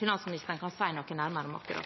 finansministeren kan si noe nærmere om akkurat